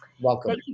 Welcome